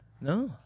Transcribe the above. No